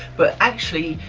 but actually,